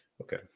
Okay